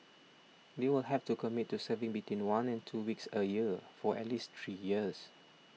they will have to commit to serving between one and two weeks a year for at least three years